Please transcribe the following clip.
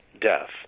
death